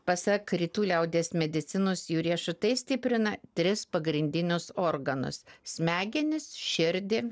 pasak rytų liaudies medicinos jų riešutai stiprina tris pagrindinius organus smegenis širdį